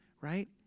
right